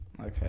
Okay